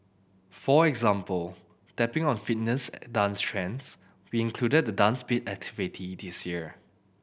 for example tapping on fitness dance trends we included the Dance Beat activity this year